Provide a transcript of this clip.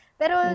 pero